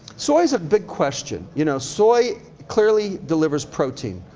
soy is a big question. you know soy clearly delivers protein,